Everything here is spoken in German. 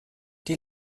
die